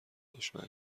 دشمن